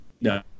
No